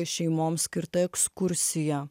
šeimoms skirta ekskursija